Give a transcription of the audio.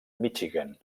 michigan